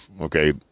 okay